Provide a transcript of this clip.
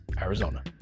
Arizona